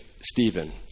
Stephen